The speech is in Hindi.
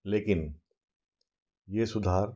लेकिन यह सुधार